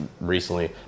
recently